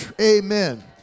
Amen